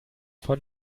von